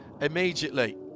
Immediately